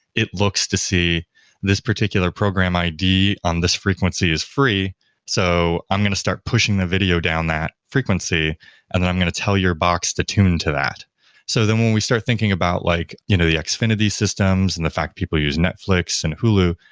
it looks to see this particular program id on this frequency is free so i'm going to start pushing the video down that frequency and then i'm going to tell your box to tune to that so then when we start thinking about like you know the xfinity systems and the fact people use netflix and hulu,